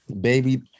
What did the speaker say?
baby